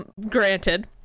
granted